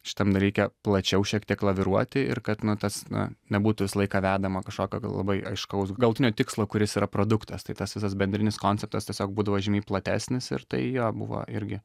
šitam dalyke plačiau šiek tiek laviruoti ir kad nu tas na nebūtų visą laiką vedama kažkokio labai aiškaus galutinio tikslo kuris yra produktas tai tas visas bendrinis konceptas tiesiog būdavo žymiai platesnis ir tai jo buvo irgi